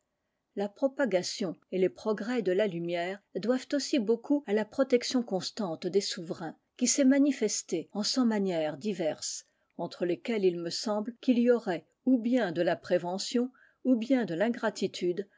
la propagation et les progrès de la lumière doivent aussi beaucoup à la protection constante des souverains qui s'est manifestée en cent manières diverses entre lesquelles il me semble qu'il y aurait ou bien de la prévention ou bien de l'ingratitude